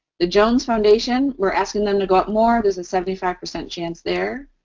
the jones foundation, we're asking them to go up more. there's a seventy five percent chance there.